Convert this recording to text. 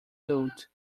suit